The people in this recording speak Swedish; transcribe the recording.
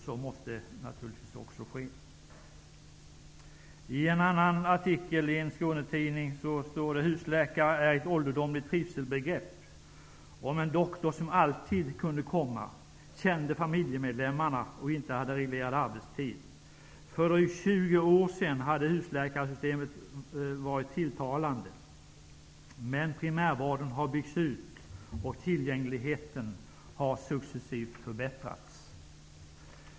Så måste naturligtvis också ske. I en annan artikel i en Skånetidning framhålls att husläkare är ett ålderdomligt trivselbegrepp, för en doktor som alltid kunde komma, kände familjemedlemmarna och inte hade reglerad arbetstid. För drygt 20 år sedan hade husläkarsystemet varit tilltalande, men primärvården har byggts ut, och tillgängligheten har successivt förbättrats.